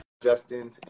Justin